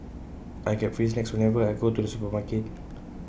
I get free snacks whenever I go to the supermarket